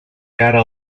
cara